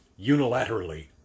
unilaterally